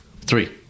Three